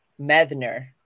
Methner